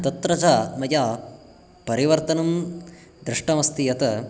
तत्र च मया परिवर्तनं दृष्टमस्ति यत्